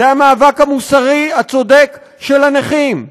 זה המאבק המוסרי, הצודק, של הנכים.